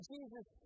Jesus